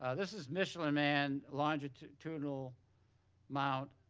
this is michelin man longitudinal mount,